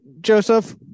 Joseph